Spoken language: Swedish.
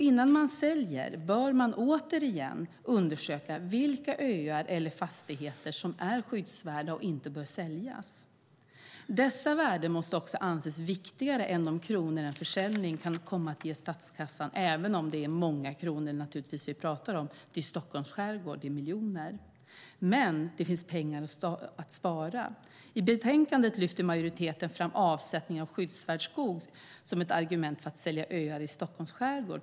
Innan man säljer bör man återigen undersöka vilka öar eller fastigheter som är skyddsvärda och inte bör säljas. Dessa värden måste också anses viktigare än de kronor en försäljning kan komma att ge statskassan även om det naturligtvis är många miljoner kronor vi talar om i Stockholms skärgård. Det finns pengar att spara. I betänkandet lyfter majoriteten fram avsättning av skyddsvärd skog som ett argument för att sälja öar i Stockholms skärgård.